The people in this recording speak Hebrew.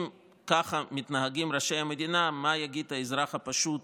אם ככה מתנהגים ראשי המדינה, מה יגיד האזרח הפשוט